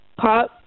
pop